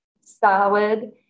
solid